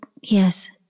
yes